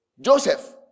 Joseph